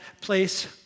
place